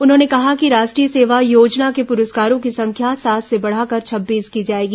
उन्होंने कहा कि राष्ट्रीय सेवा योजना के प्रस्कारों की संख्या सात से बढ़ाकर छब्बीस की जाएगी